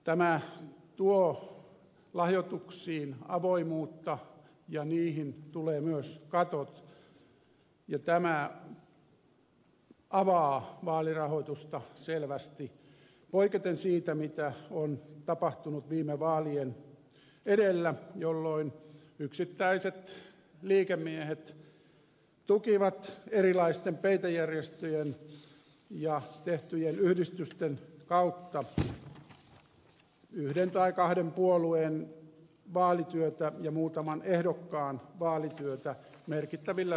tämä tuo lahjoituksiin avoimuutta ja niihin tulee myös katot ja tämä avaa vaalirahoitusta selvästi poiketen siitä mitä on tapahtunut viime vaalien edellä jolloin yksittäiset liikemiehet tukivat erilaisten peitejärjestöjen ja tehtyjen yhdistysten kautta yhden tai kahden puolueen ja muutaman ehdokkaan vaalityötä merkittävillä summilla